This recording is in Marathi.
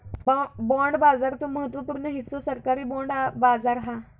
बाँड बाजाराचो महत्त्व पूर्ण हिस्सो सरकारी बाँड बाजार हा